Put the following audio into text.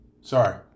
Sorry